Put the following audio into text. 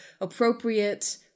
appropriate